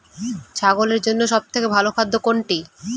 ছাগলের জন্য সব থেকে ভালো খাদ্য কোনটি?